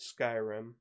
skyrim